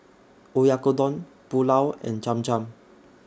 Oyakodon Pulao and Cham Cham